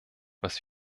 was